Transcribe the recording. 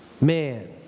Man